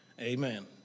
Amen